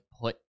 put